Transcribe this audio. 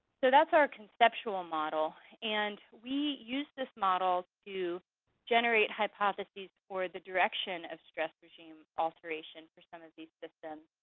so that's our conceptual model. and we used this model to generate hypotheses for the direction of stress regime alteration for some of these systems,